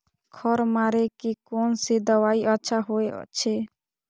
खर मारे के कोन से दवाई अच्छा होय छे?